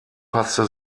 passte